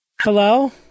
Hello